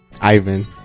ivan